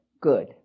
good